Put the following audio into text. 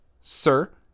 Sir